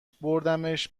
بردمش